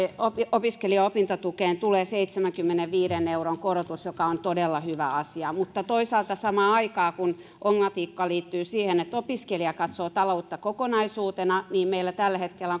opiskelijoiden opintotukeen tulee seitsemänkymmenenviiden euron korotus joka on todella hyvä asia mutta toisaalta samaan aikaan ongelmatiikka liittyy siihen että opiskelija katsoo taloutta kokonaisuutena ja meillä tällä hetkellä